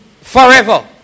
forever